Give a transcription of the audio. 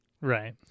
right